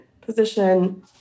position